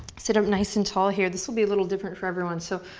sit up nice and tall here. this will be a little different for everyone. so,